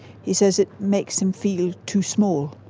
he says it makes him feel too small,